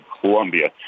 Colombia